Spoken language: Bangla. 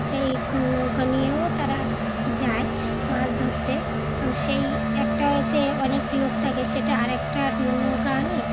সেই নৌকা নিয়েও তারা যায় মাছ ধরতে এবং সেই একটা এতে অনেক লোক থাকে সেটা আরেকটা নৌকা আনে